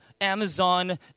Amazon